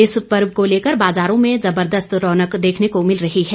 इस पर्व को लेकर बाजारों में जबरदस्त रौनक देखने को मिल रही है